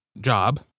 job